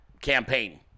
campaign